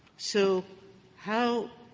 so how